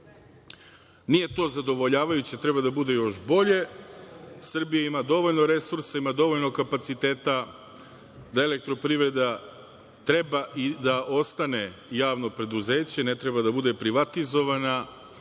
Nije to zadovoljavajuće, treba da bude još bolje. Srbija ima dovoljno resursa, ima dovoljno kapaciteta da elektroprivreda treba i da ostane javno preduzeće, ne treba da bude privatizovana,